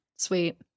Sweet